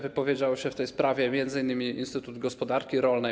Wypowiedział się w tej sprawie m.in. Instytut Gospodarki Rolnej.